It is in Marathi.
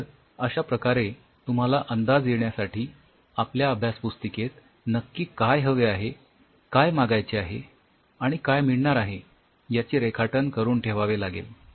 तर अश्या याप्रकारे तुम्हाला अंदाज घेण्यासाठी आपल्या अभ्यासपुस्तिकेत नक्की काय हवे आहे काय मागायचे आहे आणि काय मिळणार आहे याचे रेखाटन करून ठेवावे लागेल